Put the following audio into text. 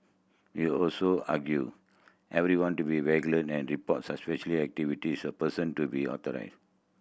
he also argued everyone to be vigilant and report suspicious activities a person to be